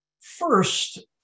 First